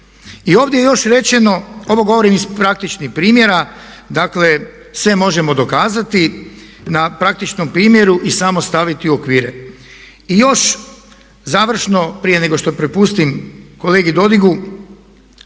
I ovdje je još rečeno, ovo govorim iz praktičnih primjera, dakle sve možemo dokazati, na praktičnom primjeru i samo staviti u okvire. I još završno prije nego što prepustim kolegi Dodigu,